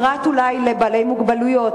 פרט אולי לבעלי מוגבלויות,